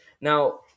Now